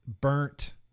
burnt